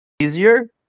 easier